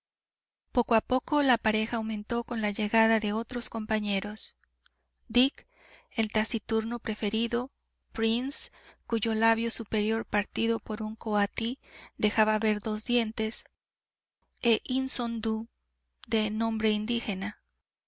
poco a poco la pareja aumentó con la llegada de los otros compañeros dick el taciturno preferido prince cuyo labio superior partido por un coatí dejaba ver dos dientes e isondú de nombre indígena